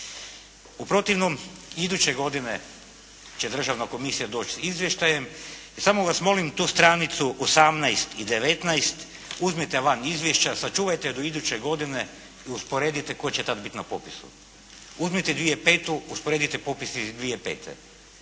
U protivnom, iduće godine će državna komisija doći s izvještajem, samo vas molim tu stranicu 18 i 19 uzmite van izvješća, sačuvajte do iduće godine i usporedite tko će tad biti na popisu. Uzmite 2005. usporedite popis iz 2005.